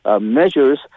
Measures